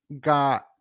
got